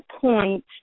point